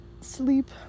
sleep